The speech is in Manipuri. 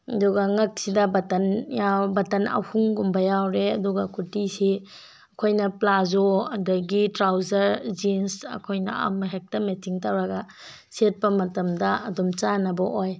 ꯑꯗꯨꯒ ꯉꯛꯁꯤꯗ ꯕꯇꯟ ꯕꯇꯟ ꯑꯍꯨꯝꯒꯨꯝꯕ ꯌꯥꯎꯔꯦ ꯑꯗꯨꯒ ꯀꯨꯔꯇꯤꯁꯤ ꯑꯩꯈꯣꯏꯅ ꯄ꯭ꯂꯥꯖꯣ ꯑꯗꯨꯗꯒꯤ ꯇ꯭ꯔꯥꯎꯖꯔ ꯖꯤꯟꯁ ꯑꯩꯈꯣꯏꯅ ꯑꯃ ꯍꯦꯛꯇ ꯃꯦꯠꯆꯤꯡ ꯇꯧꯔꯒ ꯁꯦꯠꯄ ꯃꯇꯝꯗ ꯑꯗꯨꯝ ꯆꯥꯟꯅꯕ ꯑꯣꯏ